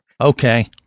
Okay